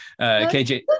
KJ